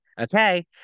Okay